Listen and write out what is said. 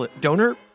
Donor